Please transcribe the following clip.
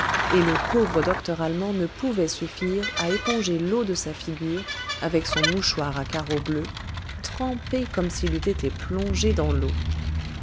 et le pauvre docteur allemand ne pouvait suffire à éponger l'eau de sa figure avec son mouchoir à carreaux bleus trempé comme s'il eût été plongé dans l'eau